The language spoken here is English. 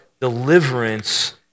deliverance